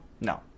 No